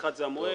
האחד המועד.